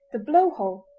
the blow-hole,